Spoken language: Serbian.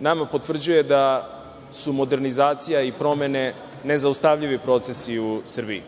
nama potvrđuje da su modernizacija i promene nezaustavljivi procesi u Srbiji.